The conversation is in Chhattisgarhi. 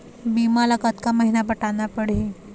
बीमा ला कतका महीना पटाना पड़ही?